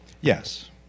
Yes